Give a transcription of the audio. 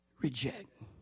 Reject